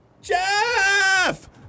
Jeff